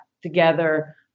together